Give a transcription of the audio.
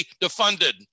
defunded